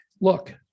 Look